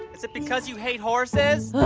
is it because you hate horses?